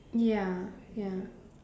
ya ya